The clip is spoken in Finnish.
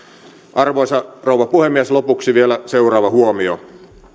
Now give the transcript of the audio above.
arvoisa rouva puhemies lopuksi vielä seuraava huomio